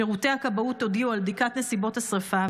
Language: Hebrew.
שירותי הכבאות הודיעו על בדיקת נסיבות השרפה,